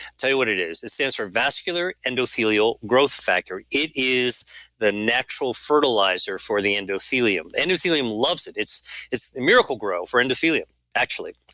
tell you what it is. it stands for vascular endothelial growth factor. it is the natural fertilizer for the endothelium. endothelium loves it it's it's a miracle grow for endothelium actually.